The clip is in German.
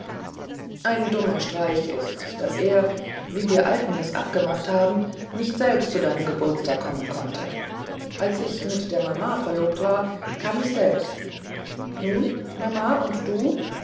ein dummer streich ist's daß er wie wir alten es abgemacht hatten nicht selbst zu deinem geburtstage kommen konnte als ich mit der mama verlobt war kam ich selbst nun mama und du